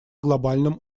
глобальном